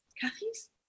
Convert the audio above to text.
kathy's